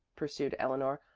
pursued eleanor,